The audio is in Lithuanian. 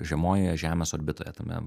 žemojoje žemės orbitoje tame